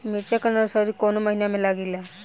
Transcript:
मिरचा का नर्सरी कौने महीना में लागिला?